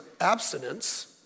abstinence